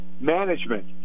management